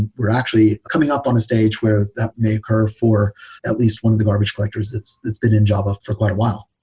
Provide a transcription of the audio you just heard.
we're actually coming up on a stage where that may occur for at least one of the garbage collectors that's that's been in java for quite a while.